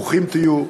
ברוכים תהיו.